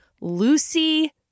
Lucy